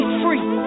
free